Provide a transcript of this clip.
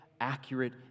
accurate